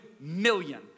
million